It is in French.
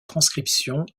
transcriptions